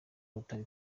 rotary